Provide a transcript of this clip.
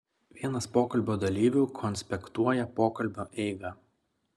vienas pokalbio dalyvių konspektuoja pokalbio eigą